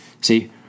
See